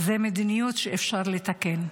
-- זאת מדיניות שאפשר לתקן.